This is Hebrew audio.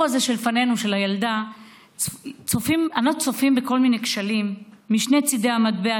הזה של הילדה שלפנינו אנו צופים בכל מיני כשלים משני צידי המטבע,